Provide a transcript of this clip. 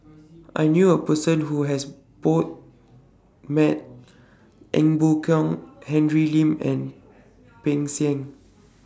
I knew A Person Who has Both Met Ee Boon Kong Henry Lim and Peng Siang